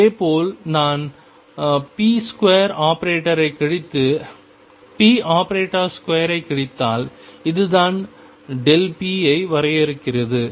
இதேபோல் நான் ⟨p2⟩ ஐக் கழித்து ⟨p⟩2 ஐக் கழித்தால் இதுதான் p ஐ வரையறுக்கிறது